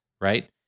right